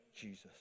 Jesus